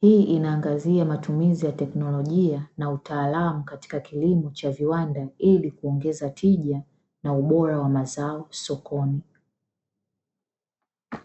hii inaangazia matumizi ya teknolojia na utaalamu katika kilimo cha viwanda ili kuongeza tija na ubora wa mazao sokoni.